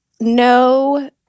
no